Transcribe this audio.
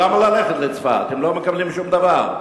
אבל למה ללכת לצפת אם לא מקבלים שום דבר?